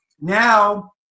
Now